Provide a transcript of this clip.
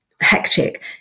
hectic